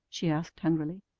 she asked hungrily.